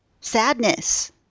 sadness